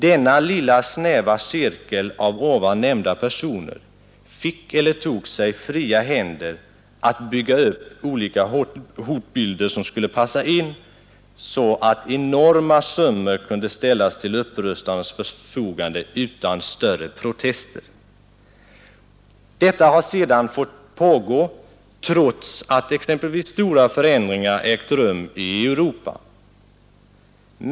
Denna lilla snäva cirkel av personer fick eller tog sig fria händer att bygga upp olika hotbilder som skulle passa in så att enorma summor utan större protester kunde ställas till upprustarnas förfogande. Detta har sedan fått pågå trots att stora förändringar ägt rum i Europa.